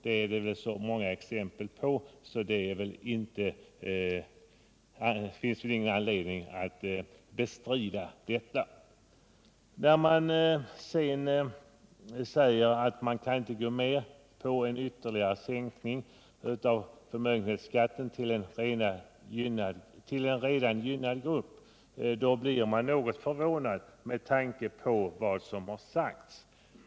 Det finns många exempel på detta, och det finns väl ingen anledning att bestrida det. När man sedan säger att man inte kan gå med på någon ytterligare sänkning av förmögenhetsskatten till förmån för en redan gynnad grupp blir jag något förvånad med tanke på vad som har sagts.